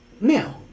Now